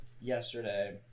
yesterday